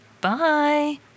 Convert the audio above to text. Bye